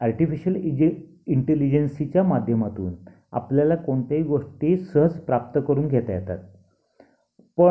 artificial इ जे इंटेलिजन्सीच्या माध्यमातून आपल्याला कोणत्याही गोष्टी सहज प्राप्त करून घेता येतात पण